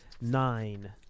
nine